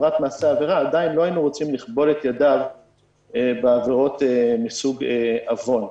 עדיין לא היינו רוצים לכבול את ידיו בעבירות מסוג עוון.